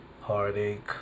Heartache